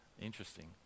Interesting